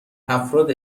افراد